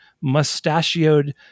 mustachioed